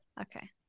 Okay